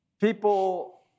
People